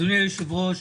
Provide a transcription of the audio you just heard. אדוני היושב-ראש,